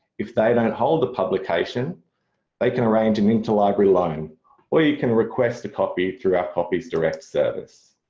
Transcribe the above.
if they don't hold the publication they can arrange an interlibrary loan or you can request a copy through our copies direct service.